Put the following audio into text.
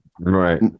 right